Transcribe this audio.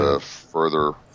further